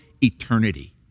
eternity